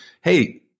Hey